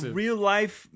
real-life